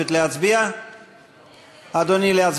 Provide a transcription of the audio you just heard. איימן עודה,